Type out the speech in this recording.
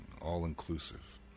all-inclusive